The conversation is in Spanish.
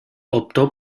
optó